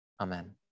Amen